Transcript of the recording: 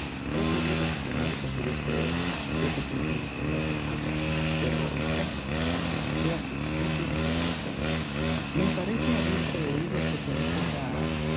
he podido exponerte mi deseo de que te interesaras en cosas mías pero ya no gracias no tienes que molestarte me parece haberte oído que conociste hace